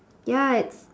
ya it's